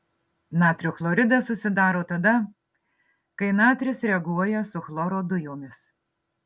natrio chloridas susidaro tada kai natris reaguoja su chloro dujomis